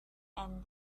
and